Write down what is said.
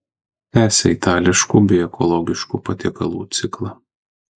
tęsia itališkų bei ekologiškų patiekalų ciklą